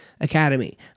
Academy